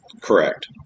Correct